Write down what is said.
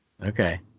Okay